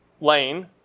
lane